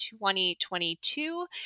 2022